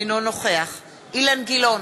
אינו נוכח אילן גילאון,